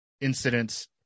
incidents